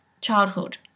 childhood